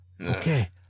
Okay